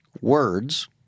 words